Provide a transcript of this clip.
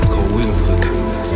coincidence